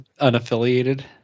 unaffiliated